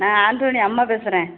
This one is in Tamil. நான் ஆண்டோனி அம்மா பேசுகிறேன்